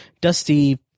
Dusty